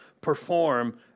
perform